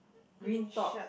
green top